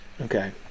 Okay